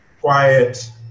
quiet